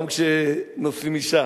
גם כשנושאים אשה,